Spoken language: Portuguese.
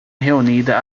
reunida